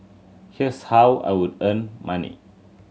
here's how I would earn money